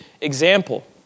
example